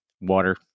water